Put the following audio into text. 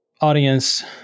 audience